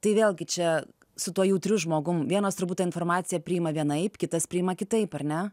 tai vėlgi čia su tuo jautriu žmogum vienas turbūt tą informaciją priima vienaip kitas priima kitaip ar ne